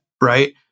Right